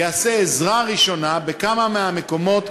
יעשה עזרה ראשונה בכמה מהמקומות,